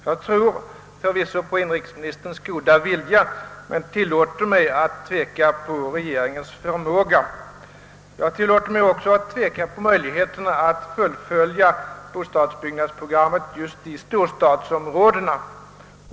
Jag tror förvisso på inrikesministerns goda vilja, men jag tillåter mig tvivla på regeringens förmåga. Jag tillåter mig också att tvivla på möjligheterna att fullfölja — bostadsbyggnadsprogrammet just i storstadsområdena.